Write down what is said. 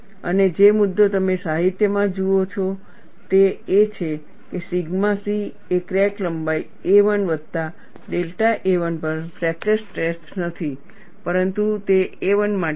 અને જે મુદ્દો તમે સાહિત્યમાં જુઓ છો તે એ છે કે સિગ્મા c એ ક્રેક લંબાઈ a1 વત્તા ડેલ્ટા a1 પર ફ્રેક્ચર સ્ટ્રેન્થ નથી પરંતુ તે a1 માટે છે